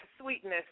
sweetness